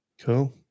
Cool